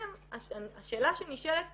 שנשאלת